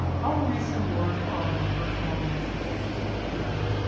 um our recent work on reverse mortgages and social security,